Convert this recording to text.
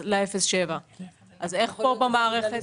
איך פה במערכת?